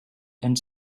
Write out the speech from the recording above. and